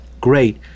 great